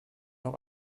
noch